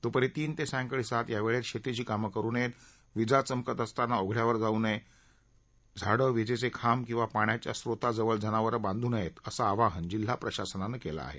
दुपारी तीन ते सायंकाळी सात या वेळेत शेतीची कामं करू नयेत विजा चमकत असताना उघड्यावर जाऊ नये झाडं विजेचे खांब किंवा पाण्याच्या स्रोताजवळ जनावरं बांधू नयेत असं आवाहन जिल्हा प्रशासनानं केलं आहे